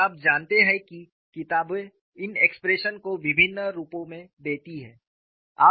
और आप जानते हैं कि किताबें इन एक्सप्रेशन को विभिन्न रूपों में देती हैं